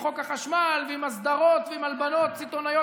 עם חוק החשמל ועם הסדרות ועם הלבנות סיטונאיות,